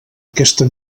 aquesta